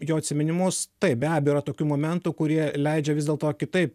jo atsiminimus taip be abejo yra tokių momentų kurie leidžia vis dėlto kitaip